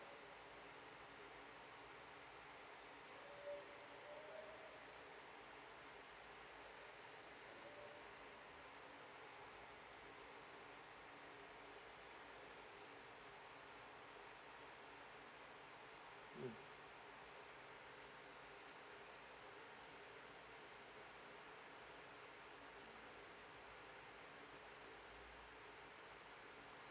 mm